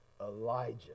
Elijah